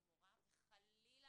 וחלילה,